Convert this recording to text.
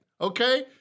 okay